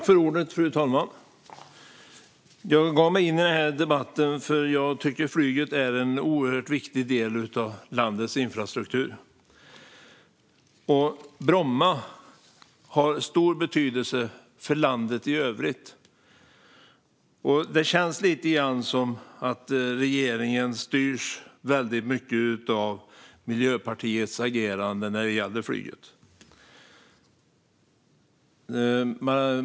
Fru talman! Jag gav mig in i debatten för att jag tycker att flyget är en oerhört viktig del av landets infrastruktur. Bromma har stor betydelse för landet i övrigt. Det känns lite grann som att regeringen styrs väldigt mycket av Miljöpartiets agerande när det gäller flyget.